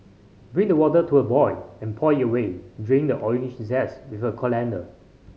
bring the water to a boil and pour it away draining the orange zest with a colander